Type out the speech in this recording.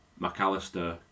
McAllister